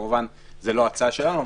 זה כמובן לא ההצעה שלנו,